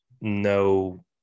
no